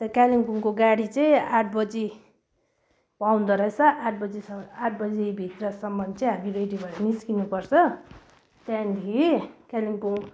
त्यहाँ कालिम्पोङको गाडी चाहिँ आठ बजी पाउँदोरहेछ आठ बजी स आठ बजीभित्र सम्म चाहिँ हामी रेडी भएर निस्किनुपर्छ त्यहाँदेखि कालिम्पोङ